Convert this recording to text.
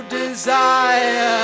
desire